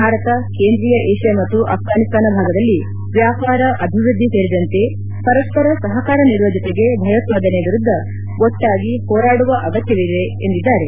ಭಾರತ ಕೇಂದ್ರೀಯ ಏಷ್ಯಾ ಮತ್ತು ಅಫ್ವಾನಿಸ್ತಾನ ಭಾಗದಲ್ಲಿ ವ್ಯಾಪಾರ ಅಭಿವೃದ್ದಿ ಸೇರಿದಂತೆ ಪರಸ್ಪರ ಸಹಕಾರ ನೀಡುವ ಜೊತೆಗೆ ಭಯೋತ್ವಾದನೆ ವಿರುದ್ದ ಒಟ್ಟಾಗಿ ಹೋರಾಡುವ ಅಗತ್ಯವಿದೆ ಎಂದಿದ್ದಾರೆ